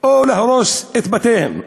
או להרוס את בתיהם.